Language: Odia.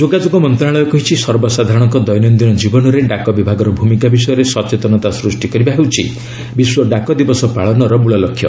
ଯୋଗାଯୋଗ ମନ୍ତ୍ରଣାଳୟ କହିଛି ସର୍ବସାଧାରଣଙ୍କ ଦୈନନ୍ଦିନ ଜୀବନରେ ଡାକ ବିଭାଗର ଭୂମିକା ବିଷୟରେ ସଚେତନତା ସୃଷ୍ଟି କରିବା ହେଉଛି ବିଶ୍ୱ ଡାକ ଦିବସ ପାଳନର ମୂଳ ଲକ୍ଷ୍ୟ